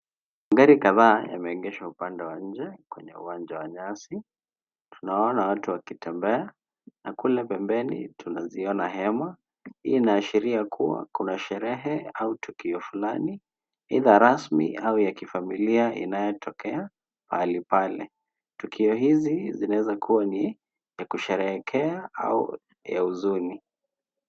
Magari kadhaa yameegeshwa upande wa nje kwenye uwanja wa nyasi. Tunaona watu wakitembea na kule pembeni tunaziona hema. Hii inaashiria kuwa kuna sherehe au tukio fulani aidha rasmi au ya kifamilia inayotokea pahali pale. Tukio hizi zinaweza kuwa ni ya kusherehekea au ya huzuni.